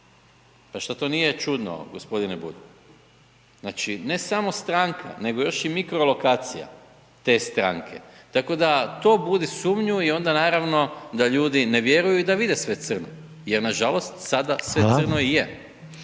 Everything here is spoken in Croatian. Pa što to nije čudno gospodine Bulj? Znači, ne samo stranka nego još i mikrolokacija te stranke, tako da to budi sumnju i onda naravno da ljudi ne vjeruju i da vide sve crno, jer na žalost sada …/Upadica: